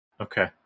Okay